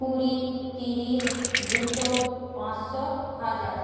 কুড়ি তিরিশ দুশো পাঁচশো হাজার